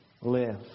live